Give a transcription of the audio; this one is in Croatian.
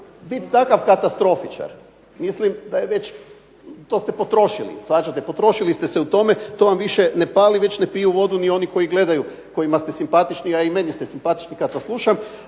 biti takav katastrofičar mislim da je već, to ste potrošili, shvaćate, potrošili ste se u tome, to vam više ne pali, već ne piju vodu ni oni koji gledaju, kojima ste si simpatični, a i meni ste simpatični kad vas slušam,